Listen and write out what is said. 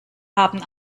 haben